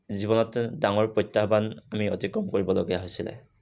জীৱনত ডাঙৰ প্ৰত্যাহ্বান আমি অতিক্ৰম কৰিবলগীয়া হৈছিলে